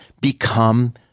become